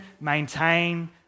maintain